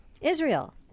Israel